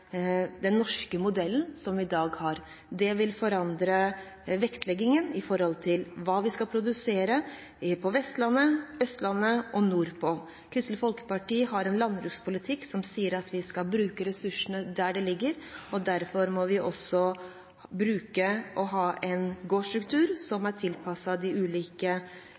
den norske modellen som vi i dag har. Det vil forandre vektleggingen av hva vi skal produsere på henholdsvis Vestlandet, Østlandet og nordpå. Kristelig Folkeparti har en landbrukspolitikk som sier at vi skal bruke ressursene der de ligger. Derfor må vi også ha en gårdsstruktur som er tilpasset de ulike